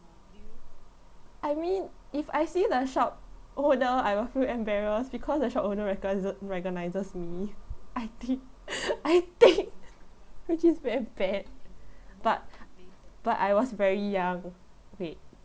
I mean if I see the shop owner I will feel embarrassed because the shop owner recogni~ recognizes me I think I think which is very bad but but I was very young wait